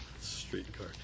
Streetcar